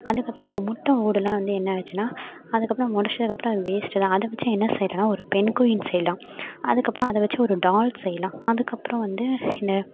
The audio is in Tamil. அதுக்கப்புறம் இப்போ முட்டை ஓடெல்லாம் வந்து என்ன ஆச்சுனால் அதுக்கப்புறம் நம்ம உடச்சதுக்கு அப்புறம் அது வேஸ்ட் தான் அதை வச்சு என்ன செய்லாமென்னா ஒரு பென்குயின் செய்யலாம் அதுக்கப்புறம் அதை வச்சு ஒரு டால் செய்லாம் அதுக்கப்புறம் வந்து